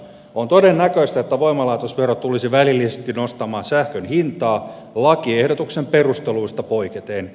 on todennäköistä että voimalaitosvero tulisi välillisesti nostamaan sähkön hintaa lakiehdotuksen perusteluista poiketen